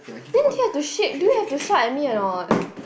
didn't tier to shape do you have to shout at me or not